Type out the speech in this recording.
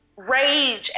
rage